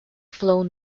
flown